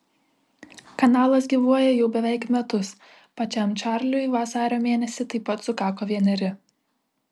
kanalas gyvuoja jau beveik metus pačiam čarliui vasario mėnesį taip pat sukako vieneri